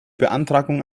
beantragung